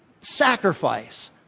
sacrifice